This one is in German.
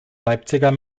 leipziger